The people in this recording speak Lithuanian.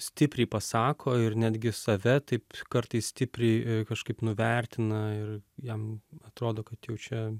stipriai pasako ir netgi save taip kartais stipriai kažkaip nuvertina ir jam atrodo kad jau čia